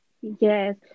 Yes